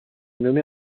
nommée